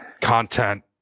content